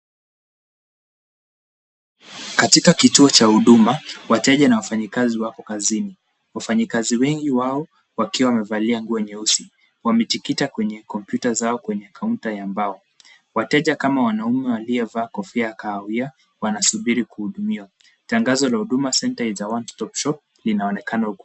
Katika kituo cha huduma, wateja na wafanyikazi wako kazini. Wafanyikazi wengi wao wakiwa wamevalia nguo nyeusi, wamejikita kwenye kompyuta zao kwenye kaunta ya mbao. Wateja kama wanaume waliovaa kofia ya kahawia wanasubiri kuhudumiwa. Tangazo la Huduma Center is a one stop shop linaonekana huku.